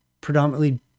predominantly